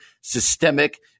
systemic